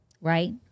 Right